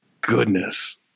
Goodness